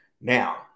now